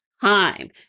time